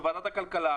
בוועדת הכלכלה,